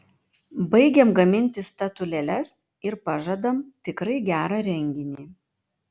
baigiam gaminti statulėles ir pažadam tikrai gerą renginį